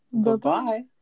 Goodbye